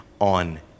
on